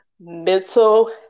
mental